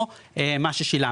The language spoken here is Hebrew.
או מה ששילמת.